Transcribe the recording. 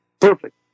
Perfect